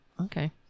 Okay